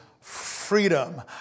freedom